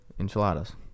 Enchiladas